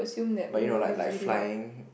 but you know like like flying